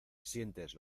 sientes